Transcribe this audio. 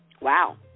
Wow